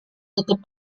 tutup